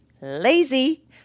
Lazy